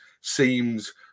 seems